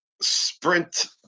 sprint